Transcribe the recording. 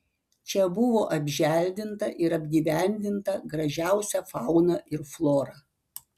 čia buvo apželdinta ir apgyvendinta gražiausia fauna ir flora